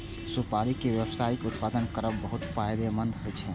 सुपारी के व्यावसायिक उत्पादन करब बहुत फायदेमंद छै